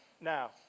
Now